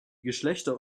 geschlechter